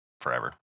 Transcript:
forever